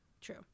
True